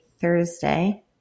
Thursday